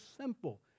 simple